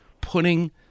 putting